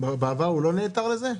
בעבר הוא לא נעתר לזה?